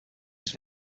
his